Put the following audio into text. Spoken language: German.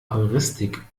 heuristik